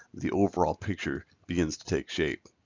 the overall picture begins to take shape.